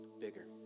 bigger